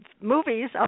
movies